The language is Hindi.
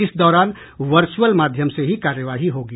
इस दौरान वर्चुअल माध्यम से ही कार्यवाही होगी